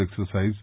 exercise